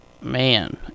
Man